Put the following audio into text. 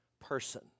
person